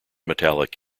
metallic